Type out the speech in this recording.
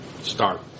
start